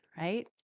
right